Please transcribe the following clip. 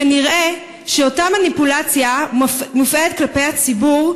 כנראה אותה מניפולציה מופעלת כלפי הציבור,